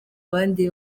abandi